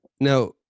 now